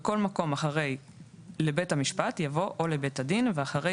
בכל מקום אחרי "לבית המשפט" יבוא "או לבית הדין" ואחרי